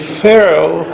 pharaoh